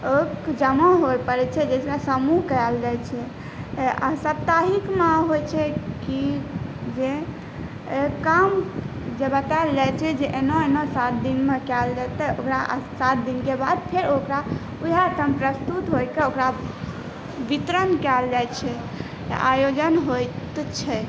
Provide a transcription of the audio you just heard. ओ जमा हुअए पड़ै छै समूह कएल जाइ छै साप्ताहिकमे होइ छै कि जे काम जे बताएल जाइ छै जे एना एना सात दिनमे कएल जेतै ओकरा सात दिनके बाद फेर ओकरा वएहठाम प्रस्तुत होइक ओकरा वितरण कएल जाइ छै आयोजन होइत छै